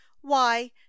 Why